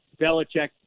Belichick